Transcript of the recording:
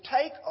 take